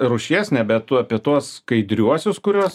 rūšies nebe tu apie tuos skaidriuosius kuriuos